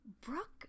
Brooke